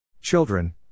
Children